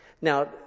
Now